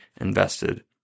invested